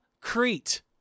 Crete